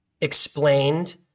explained